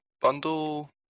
Bundle